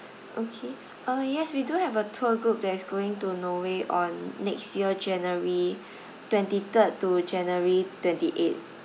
okay(uh) yes we do have a tour group that is going to norway on next year january twenty-third to january twenty-eight